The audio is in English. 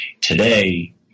Today